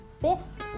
fifth